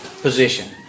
position